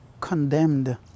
condemned